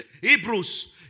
Hebrews